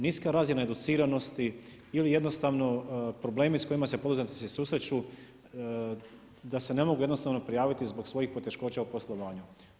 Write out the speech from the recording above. Niska razina educiranosti ili jednostavno problemi s kojima se poduzetnici susreću da se ne mogu jednostavno prijaviti zbog svojih poteškoća u poslovanju.